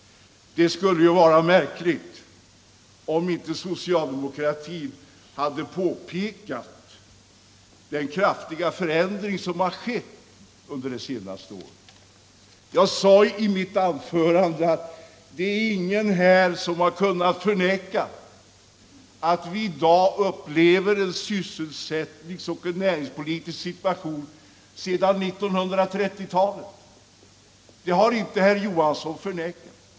Det skulle ju vara märkligt om inte socialdemokratin hade påpekat den kraftiga förändring som har skett under det senaste året. Jag sade i mitt anförande att ingen har kunnat förneka att vi i dag upplever en sysselsättningsoch näringspolitisk situation som vi inte haft motsvarighet till sedan 1930-talet. Det har inte herr Johansson förnekat.